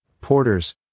porters